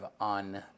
on